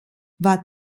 war